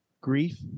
grief